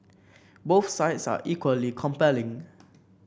both sides are equally compelling